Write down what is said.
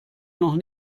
noch